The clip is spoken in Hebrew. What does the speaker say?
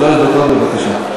שלוש דקות, בבקשה.